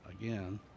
again